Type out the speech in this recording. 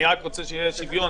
אני רק רוצה שיהיה שוויון.